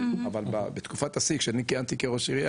אבל בתקופת השיא כשאני כיהנתי כראש עירייה,